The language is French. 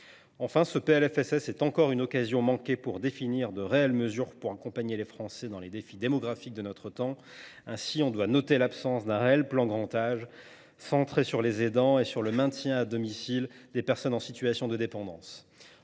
Enfin, le présent PLFSS est une nouvelle occasion manquée de définir de réelles mesures pour accompagner les Français dans les défis démographiques de notre temps. Ainsi, nous déplorons l’absence d’un réel plan grand âge, centré sur les aidants et sur le maintien à domicile des personnes en situation de dépendance.